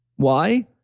why?